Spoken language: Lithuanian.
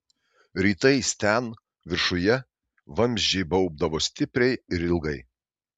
rytais ten viršuje vamzdžiai baubdavo stipriai ir ilgai